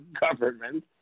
government